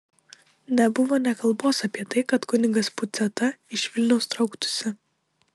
nebuvo nė kalbos apie tai kad kunigas puciata iš vilniaus trauktųsi